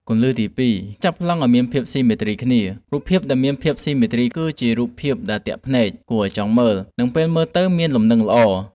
គន្លឹះទី២ ចាប់ប្លង់ឱ្យមានភាពស៊ីមេទ្រីគ្នា រូបភាពដែលមានភាពស៊ីមេទ្រី គឺជារូបភាពដែលទាក់ភ្នែក គួរឱ្យចង់មើល និងពេលមើលទៅមានលំនឹងល្អ។